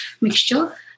mixture